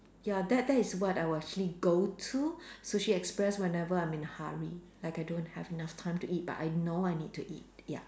ya that that is what I will actually go to sushi express whenever I'm in a hurry like I don't have enough time to eat but I know I need to eat ya